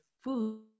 food